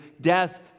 death